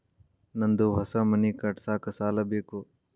ನಂದು ಹೊಸ ಮನಿ ಕಟ್ಸಾಕ್ ಸಾಲ ಬೇಕು